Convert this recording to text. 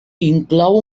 inclou